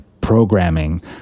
programming